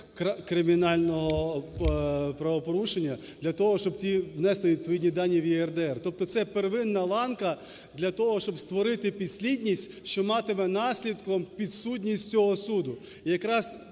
кримінального правопорушення, для того, щоб внести відповідні дані в ЄРДР. Тобто це первинна ланка для того, щоб створити підслідність, що матиме наслідком підсудність цього суду.